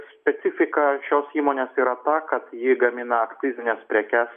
specifika šios įmonės yra ta kad ji gamina akcizines prekes